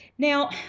Now